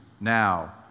Now